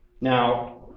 Now